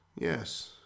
Yes